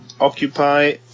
Occupy